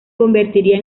convertiría